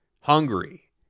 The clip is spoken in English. hungry